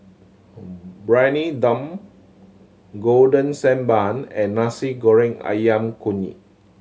Briyani Dum Golden Sand Bun and Nasi Goreng Ayam Kunyit